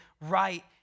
right